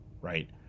right